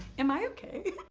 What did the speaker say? am i okay?